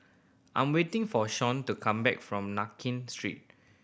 I'm waiting for Shon to come back from Nankin Street